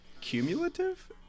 cumulative